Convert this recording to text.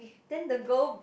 then the girl